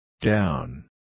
Down